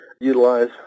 utilize